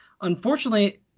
unfortunately